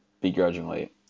begrudgingly